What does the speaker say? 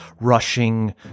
rushing